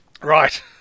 right